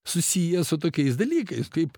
susiję su tokiais dalykais kaip